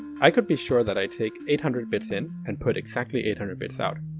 i could be sure that i take eight hundred bits in and put exactly eight hundred bits out.